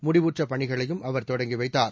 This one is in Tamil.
முடிவுற்ற பணிகளையும் அவர் தொடங்கி வைத்தார்